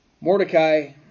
mordecai